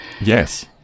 Yes